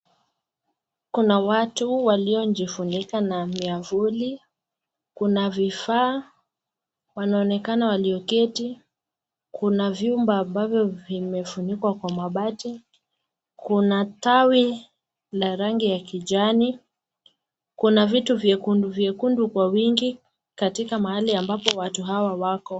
Kuna watu waliojifunika na miavuli. Kuna vifaa, wanaonekana walioketi. Kuna vyumba ambavyo vimefunikwa kwa mabati, kuna tawi la rangi ya kijani, kuna vitu vyekundu vyekundu kwa wingi katika mahali ambapo watu hawa wako.